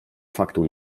faktu